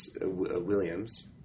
Williams